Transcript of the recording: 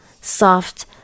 soft